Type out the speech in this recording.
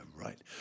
right